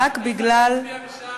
רק מפני,